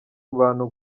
abantu